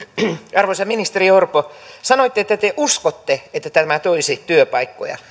arvoisa ministeri orpo sanoitte että te te uskotte että tämä toisi työpaikkoja